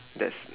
that's